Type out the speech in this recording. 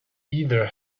either